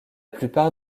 plupart